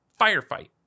firefight